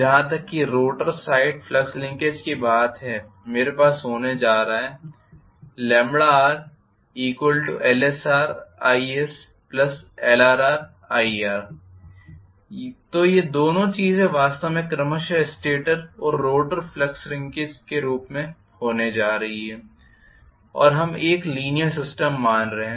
जहां तक rotor side flux linkage की बात है मेरे पास होने जा रहा है rLsrisLrrir तो ये दोनों चीजें वास्तव में क्रमशः स्टेटर और रोटर फ्लक्स लिंकेज के अनुरूप होने जा रही हैं और हम एक लीनीयर सिस्टम मान रहे हैं